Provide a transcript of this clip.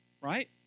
Right